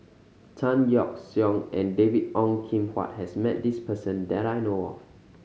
Tan Yeok Seong and David Ong Kim Huat has met this person that I know of